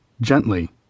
Gently